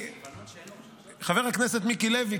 אדוני חבר הכנסת מיקי לוי,